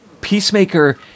Peacemaker